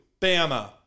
Bama